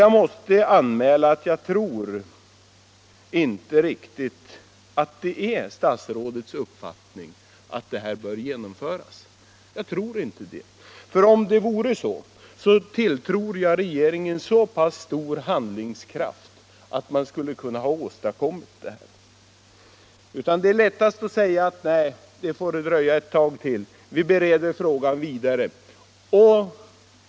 Jag måste anmäla att jag tror inte riktigt att det är statsrådets uppfattning att systemet bör genomföras, för jag tilltror regeringen så pass stor handlingskraft att man skulle ha kunnat åstadkomma ett resultat, om det varit avsikten. Nej, det är lättast att säga: Det får dröja ett tag till — vi bereder frågan vidare.